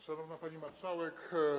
Szanowna Pani Marszałek!